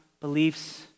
beliefs